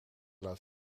laat